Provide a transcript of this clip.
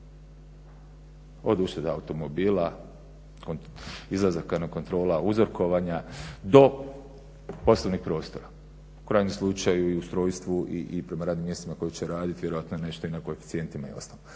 Od ušteda automobila, od izlazaka na kontrole uzorkovanja do poslovnih prostora. U krajnjem slučaju i ustrojstvu i prema radnim mjestima koja će raditi vjerojatno i na koeficijentima i ostalo.